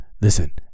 listen